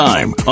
Time